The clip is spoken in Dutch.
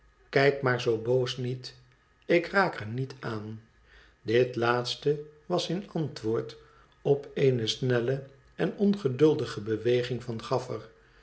kijk maar zoo boos niet ik raak er niet aan dit laatste was in antwoord op eene snelle en ongeduldige beweging van gafifer